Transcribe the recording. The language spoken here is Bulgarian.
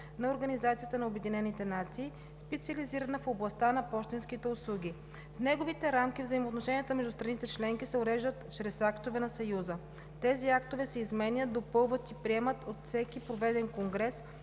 на Организацията на обединените нации, специализирана в областта на пощенските услуги. В неговите рамки взаимоотношенията между страните членки се уреждат чрез актовете на Съюза. Тези актове се изменят, допълват и приемат от всеки проведен конгрес,